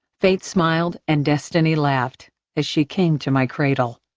fate smiled and destiny laughed as she came to my cradle,